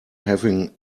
having